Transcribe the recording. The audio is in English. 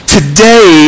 Today